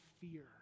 fear